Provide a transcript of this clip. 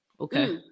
Okay